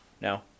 No